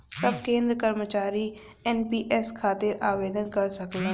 सब केंद्र कर्मचारी एन.पी.एस खातिर आवेदन कर सकलन